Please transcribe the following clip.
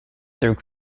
through